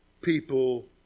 people